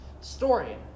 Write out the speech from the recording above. Story